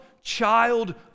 child